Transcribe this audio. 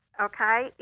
okay